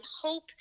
hope